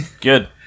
Good